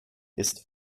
ist